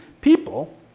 people